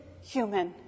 human